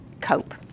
cope